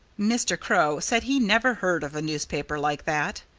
mr. crow said he never heard of a newspaper like that.